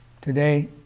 Today